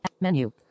Menu